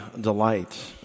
delight